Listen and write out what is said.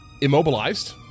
immobilized